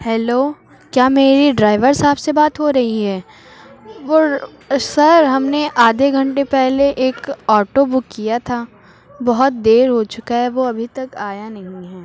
hello کیا میری driver صاحب سے بات ہو رہی ہے وہ سر ہم نے آڈھے گھنٹے پہلے ایک آٹو بک کیا تھا بہت دیر ہو چُکا ہے وہ ابھی تک آیا نہیں ہے